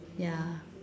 ya